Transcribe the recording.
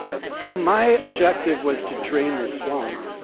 so, my objective was to drain the swamp